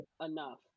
enough